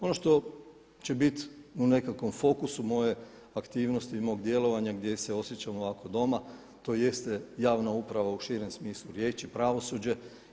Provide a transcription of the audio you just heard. Ono što će biti u nekakvom fokusu moje aktivnosti i mog djelovanja gdje se osjećam ovako doma, to jeste javna uprava u širem smislu riječi, pravosuđe.